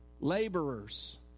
laborers